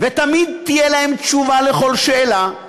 ותמיד תהיה להם תשובה על כל שאלה,